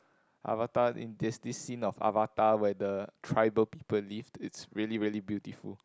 Avatar in there's this scene of Avatar where the tribal people lived it's really really beautiful